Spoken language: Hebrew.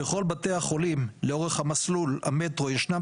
בכל בתי החולים לאורך מסלול המטרו ישנן